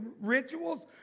rituals